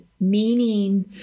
meaning